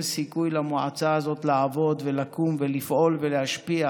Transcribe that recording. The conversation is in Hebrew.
סיכוי למועצה הזאת לעבוד ולקום ולפעול ולהשפיע,